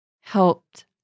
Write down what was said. helped